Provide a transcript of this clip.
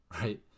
right